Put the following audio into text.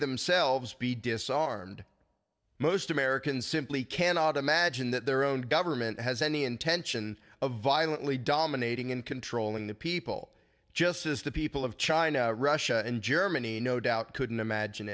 themselves be disarmed most americans simply cannot imagine that their own government has any intention of violently dominating and controlling the people just as the people of china russia and germany no doubt couldn't imagine